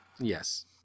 yes